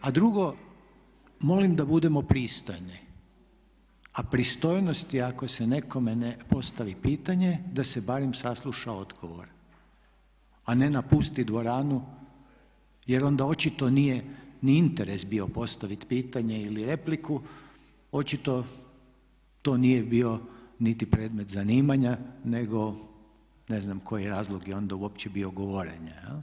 A drugo, molim da budem pristojni, a pristojnost je ako se nekom ne postavi pitanje, da se barem sasluša odgovor a ne napusti dvoranu jer onda očito nije ni interes bio postaviti pitanje ili repliku, očito to nije bio niti predmet zanimanja nego ne zna koji je razlog je onda uopće bio govorenja.